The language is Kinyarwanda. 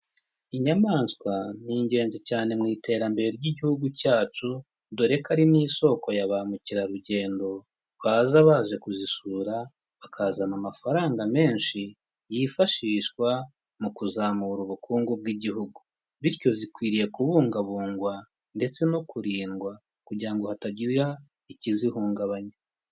Inyamaswa ni ingenzi cyane mu iterambere ry'igihugu cyacu, dore ko ari n'isoko ya ba mukerarugendo baza baje kuzisura bakazana amafaranga menshi yifashishwa mu kuzamura ubukungu bw'igihugu. Bityo zikwiriye kubungabungwa ndetse no kurindwa kugirango hatagira ikizihungabanya.